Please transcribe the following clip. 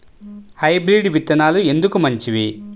Hybrid విత్తనాలు ఎందుకు మంచివి?